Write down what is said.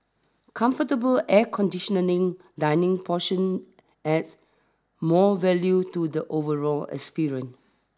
comfortable air conditioning dining portion adds more value to the overall experience